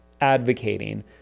advocating